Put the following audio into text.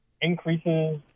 increases